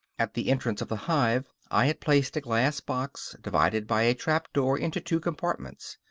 at the entrance of the hive i had placed a glass box, divided by a trap-door into two compartments.